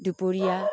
দুপৰীয়া